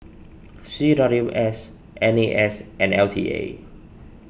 C W S N A S and L T A